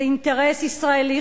זה אינטרס ישראלי,